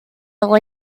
all